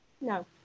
No